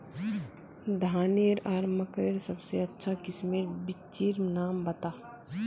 धानेर आर मकई सबसे अच्छा किस्मेर बिच्चिर नाम बता?